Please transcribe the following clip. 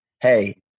Hey